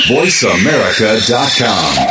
VoiceAmerica.com